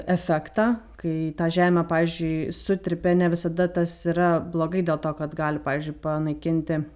efektą kai tą žemę pavyzdžiui sutrypia ne visada tas yra blogai dėl to kad gali pavyzdžiui panaikinti